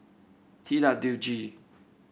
T W G